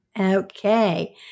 Okay